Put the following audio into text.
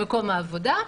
העבודה,